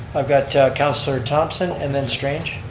i've got councilor thomson and then strange.